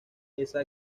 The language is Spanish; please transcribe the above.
esa